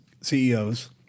CEOs